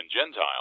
Gentile